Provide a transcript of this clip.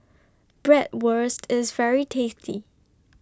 Bratwurst IS very tasty